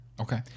Okay